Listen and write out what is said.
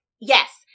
Yes